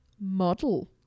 model